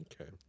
Okay